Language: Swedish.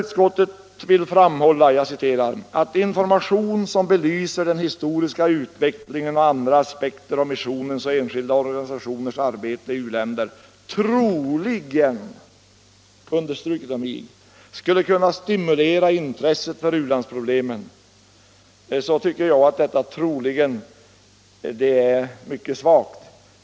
Utskottet framhåller ”att information som belyser den historiska ut vecklingen och andra aspekter av missionens och enskilda organisationers arbete i u-länder troligen skulle kunna stimulera intresset för u-landsproblemen.” Jag tycker att skrivningen är mycket svag.